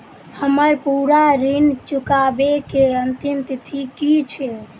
हम्मर पूरा ऋण चुकाबै केँ अंतिम तिथि की छै?